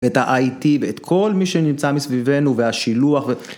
‫את ה-IT ואת כל מי שנמצא מסביבנו, ‫והשילוח.